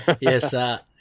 Yes